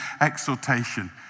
exhortation